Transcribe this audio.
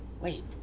wait